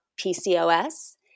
PCOS